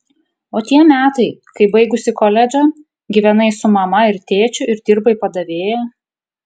o tie metai kai baigusi koledžą gyvenai su mama ir tėčiu ir dirbai padavėja